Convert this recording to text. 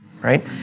Right